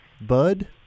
bud